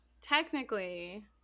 Technically